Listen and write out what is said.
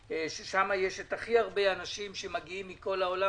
ששם יש את הכי הרבה אנשים שמגיעים מכל העולם,